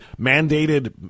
mandated